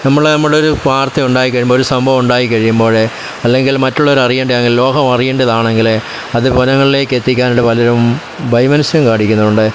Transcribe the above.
നമ്മളെ നമ്മൾ ഒരു വർത്ത ഉണ്ടായി കഴിയുമ്പോൾ ഒരു സംഭവമുണ്ടായി കഴിയുമ്പോൾ അല്ലെങ്കിൽ മറ്റുള്ളവർ അറിയേണ്ടതാണെങ്കിൽ ലോകം അറിയേണ്ടതാണെങ്കിൽ അത് പലയിടങ്ങളിലേക്ക് എത്തിക്കാനുണ്ട് പലരും വൈമനസ്യം കാണിക്കുന്നതു കൊണ്ട്